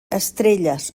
estrelles